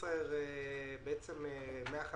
ישראייר 450